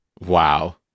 Wow